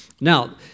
Now